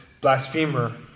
blasphemer